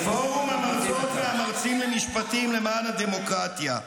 פורום המרצות והמרצים למשפטים למען הדמוקרטיה,